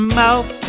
mouth